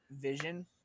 Vision